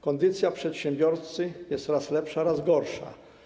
Kondycja przedsiębiorcy jest raz lepsza, raz gorsza.